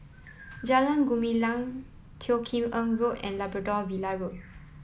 Jalan Gumilang Teo Kim Eng Road and Labrador Villa Road